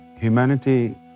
Humanity